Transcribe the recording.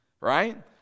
right